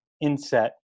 inset